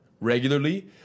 regularly